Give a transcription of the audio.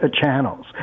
channels